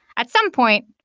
at some point,